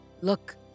Look